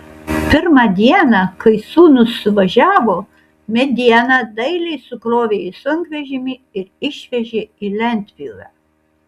pirmą dieną kai sūnūs suvažiavo medieną dailiai sukrovė į sunkvežimį ir išvežė į lentpjūvę